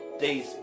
Days